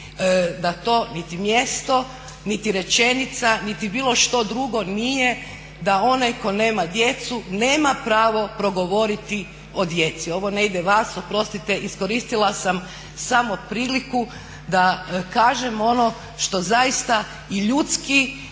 da to niti mjesto, niti rečenica, niti bilo što drugo nije da onaj tko nema djecu nema pravo progovoriti o djeci. Ovo ne ide vas. Oprostite iskoristila sam samo priliku da kažem ono što zaista i ljudski